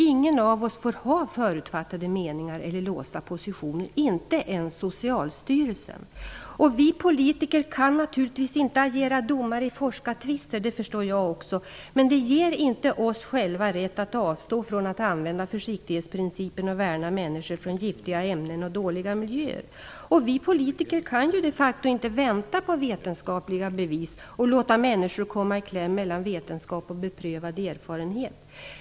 Ingen av oss får ha förutfattade meningar eller låsta positioner - inte ens Socialstyrelsen. Vi politiker kan naturligtvis inte agera domare i forskartvister - det förstår jag också - men vi ger inte oss själva rätt att avstå från att använda försiktighetsprincipen och värna människor från giftiga ämnen och dåliga miljöer. Vi politiker kan de facto inte vänta på vetenskapliga bevis och låta människor komma i kläm mellan vetenskap och beprövad erfarenhet.